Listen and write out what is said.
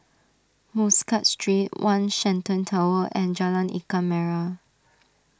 Muscat Street one Shenton Tower and Jalan Ikan Merah